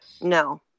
No